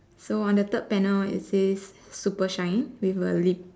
so on the third panel it says super shine with a lip